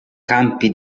campi